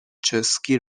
چسکی